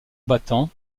battant